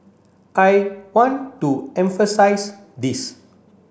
I want to emphasise this